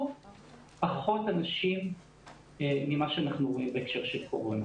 פחות אנשים ממה שאנחנו רואים בהקשר של קורונה.